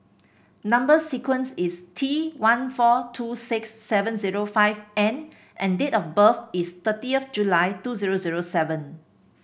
number sequence is T one four two six seven zero five N and date of birth is thirtieth July two zero zero seven